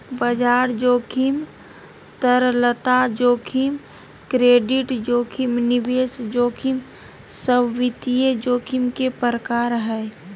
बाजार जोखिम, तरलता जोखिम, क्रेडिट जोखिम, निवेश जोखिम सब वित्तीय जोखिम के प्रकार हय